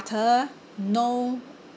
no